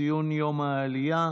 ציון יום העלייה,